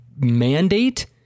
mandate